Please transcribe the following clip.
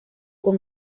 con